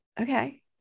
okay